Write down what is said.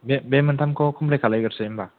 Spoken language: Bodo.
बे बे मोनथामखौ कमप्लित खालामग्रोसै होम्बा